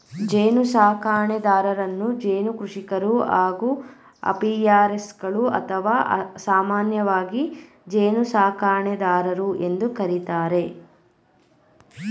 ಜೇನುಸಾಕಣೆದಾರರನ್ನು ಜೇನು ಕೃಷಿಕರು ಹಾಗೂ ಅಪಿಯಾರಿಸ್ಟ್ಗಳು ಅಥವಾ ಸಾಮಾನ್ಯವಾಗಿ ಜೇನುಸಾಕಣೆದಾರರು ಎಂದು ಕರಿತಾರೆ